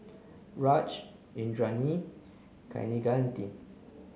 Raj Indranee Kaneganti